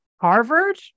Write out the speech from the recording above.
Harvard